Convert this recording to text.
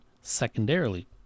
secondarily